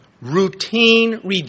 routine